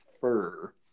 fur